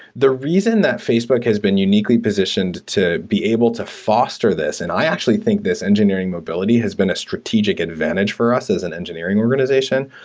the reason that facebook has been uniquely positioned to be able to foster this, and i actually think this engineering mobility has been a strategic advantage for us as an engineering organization.